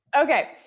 Okay